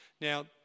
now